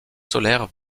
solaires